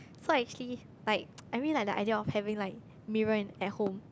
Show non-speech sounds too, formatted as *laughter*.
so I actually like *noise* I mean like the idea of having like mirror at home